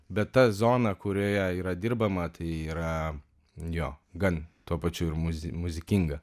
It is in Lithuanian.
bet ta zona kurioje yra dirbama tai yra jo gan tuo pačiu ir muzi muzikinga